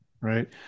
Right